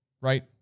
right